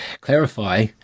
clarify